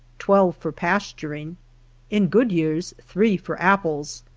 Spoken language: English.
twelve for pasturing in good years, three for apples.